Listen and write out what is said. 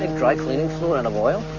ah dry-cleaning full and of oil.